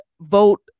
vote